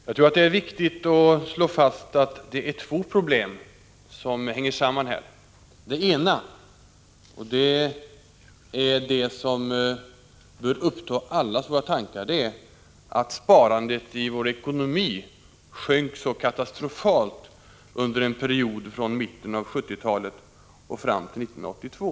Herr talman! Jag tror att det är viktigt att slå fast att det är två problem som hänger samman här. Det ena problemet — som är det som bör uppta allas våra tankar — är att sparandet i vår i ekonomi sjönk så katastrofalt under en period från mitten av 1970-talet och fram till 1982.